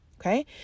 Okay